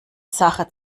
sache